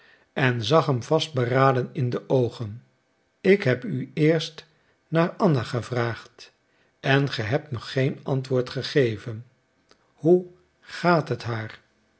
en zag hem vastberaden in de oogen ik heb u eerst naar anna gevraagd en ge hebt mij geen antwoord gegeven hoe gaat het haar